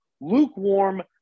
lukewarm